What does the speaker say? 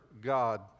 God